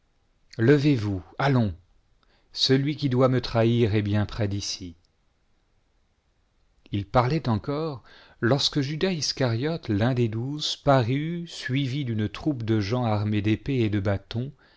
levez-vous allons celui qui doit me trahir est bien près d'ici il parlait encore lorsque judas iscariote l'un des douze parut suivi d'une troupe de gens armés d'épéés et de bâtons